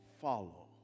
follow